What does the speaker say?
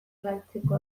galtzeko